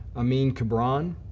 amin kibrom,